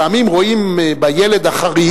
פעמים רואים בילד החריג,